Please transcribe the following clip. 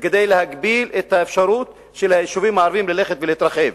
וכדי להגביל את האפשרות של היישובים הערביים ללכת ולהתרחב.